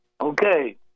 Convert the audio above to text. Okay